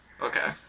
Okay